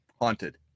Haunted